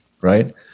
Right